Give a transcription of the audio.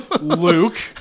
Luke